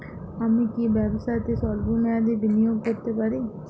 আমি কি ব্যবসাতে স্বল্প মেয়াদি বিনিয়োগ করতে পারি?